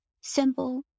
Simple